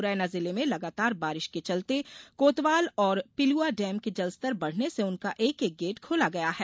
मुरैना जिले में लगातार बारिश के चलते कोतवाल और पिलुआ डेम का जल स्तर बढ़ने से उनका एक एक गेट खोला गया है